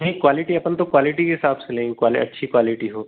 नही क्वालिटी अपन तो क्वालिटी के हिसाब से लेंगे क्वाली अच्छी क्वालिटी हो